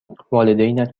والدینت